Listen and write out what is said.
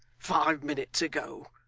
five minutes ago.